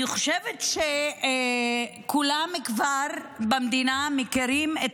אני חושבת שכולם במדינה כבר מכירים את